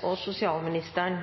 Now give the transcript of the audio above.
minoritetsgrupper og